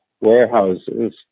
warehouses